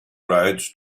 roads